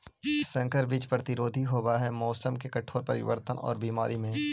संकर बीज प्रतिरोधी होव हई मौसम के कठोर परिवर्तन और बीमारी में